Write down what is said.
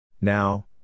Now